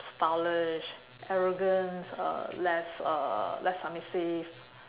stylish arrogant uh less uh less submissive